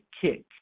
kick